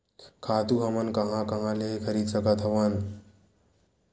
खातु हमन कहां कहा ले खरीद सकत हवन?